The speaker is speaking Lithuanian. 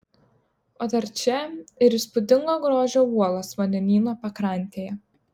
o dar čia ir įspūdingo grožio uolos vandenyno pakrantėje